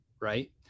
right